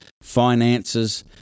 finances